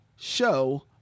show